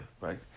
right